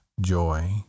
joy